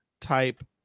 type